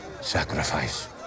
sacrifice